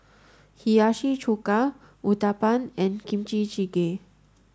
Hiyashi Chuka Uthapam and Kimchi Jjigae